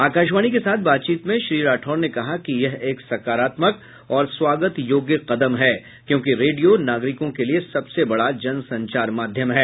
आकाशवाणी के साथ बातचीत में श्री राठौड़ ने कहा कि यह एक सकारात्मक और स्वागत योग्य कदम है क्योंकि रेडियो नागरिकों के लिए सबसे बड़ा जन संचार माध्यम है